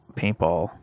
paintball